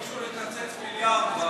היום ביקשו לקצץ מיליארד.